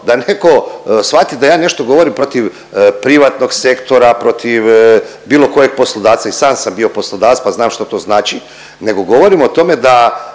da netko shvati da ja nešto govorim protiv privatnog sektora, protiv bilo kojeg poslodavca, i sam sam bio poslodavac pa znam što to znači, nego govorim o tome da